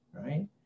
right